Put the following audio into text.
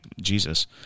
Jesus